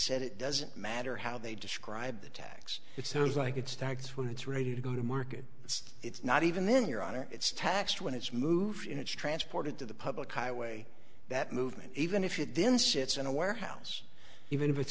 said it doesn't matter how they describe the tax it sounds like it starts when it's ready to go to market it's it's not even in your honor it's taxed when it's moved in it's transported to the public highway that movement even if it then sits in a warehouse even if it's